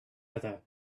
other